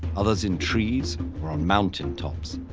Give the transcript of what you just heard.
others in trees or on mountaintops.